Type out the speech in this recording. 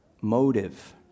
motive